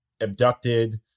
abducted